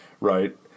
right